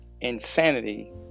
Insanity